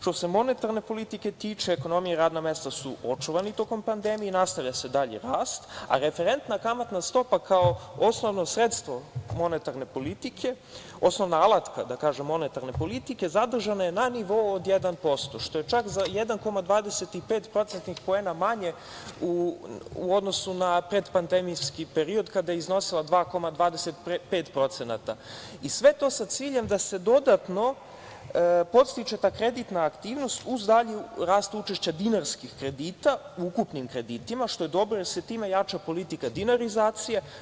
Što se tiče monetarne politike, ekonomija i radna mesta su očuvani tokom pandemije i nastavlja se dalji rast, a referenta kamatna stopa kao osnovno sredstvo monetarne politike, osnovna alatka monetarne politike je zadržana na nivou od 1%, što je za 1,25% manje u odnosu na period pre pandemije, kada je iznosila 2,25% i sve to sa ciljem da se dodatno podstiče ta kreditna aktivnost uz dalji rast učešća dinarskih kredita u ukupnim kreditima, što je dobro, jer se time jača politika dinarizacije.